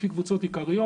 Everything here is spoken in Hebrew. לפי קבוצות עיקריות.